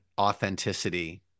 authenticity